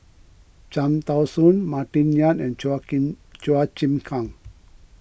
Cham Tao Soon Martin Yan and Chua King Chua Chim Kang